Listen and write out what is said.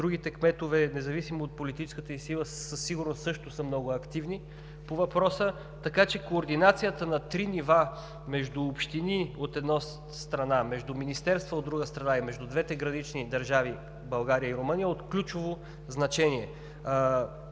Другите кметове, независимо от политическата им сила, със сигурност също са много активни по въпроса. Така че координацията на три нива между общини, от една страна, между министерства, от друга страна, и между двете гранични държави – България и Румъния, е от ключово значение.